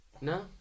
No